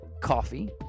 Coffee